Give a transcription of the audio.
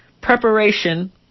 Preparation